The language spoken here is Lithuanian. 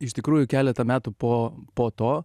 iš tikrųjų keletą metų po po to